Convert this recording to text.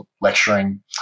lecturing